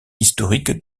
historique